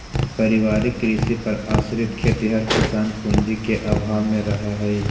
पारिवारिक कृषि पर आश्रित खेतिहर किसान पूँजी के अभाव में रहऽ हइ